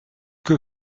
que